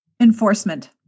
enforcement